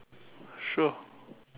sure